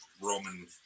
Roman